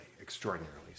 Extraordinarily